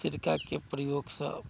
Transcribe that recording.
सिरकाके प्रयोगसँ